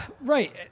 Right